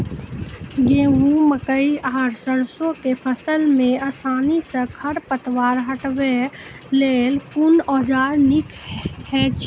गेहूँ, मकई आर सरसो के फसल मे आसानी सॅ खर पतवार हटावै लेल कून औजार नीक है छै?